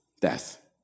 death